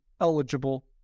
eligible